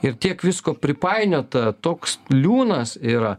ir tiek visko pripainiota toks liūnas yra